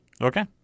Okay